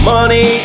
Money